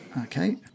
okay